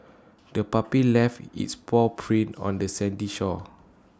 the puppy left its paw prints on the sandy shore